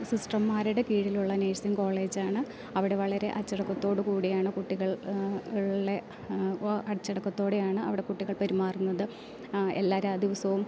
സിസ്റ്റർമാരുടെ കീഴിലുള്ള നേഴ്സിംഗ് കോളേജാണ് അവിടെ വളരെ അച്ചടക്കത്തോട് കൂടിയാണ് കുട്ടികൾ ഉള്ളത് അപ്പോൾ അച്ചടക്കത്തോടെയാണ് അവിടെ കുട്ടികൾ പെരുമാറുന്നത് എല്ലാവരും ദിവസവും